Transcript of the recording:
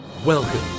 Welcome